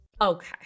Okay